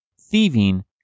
thieving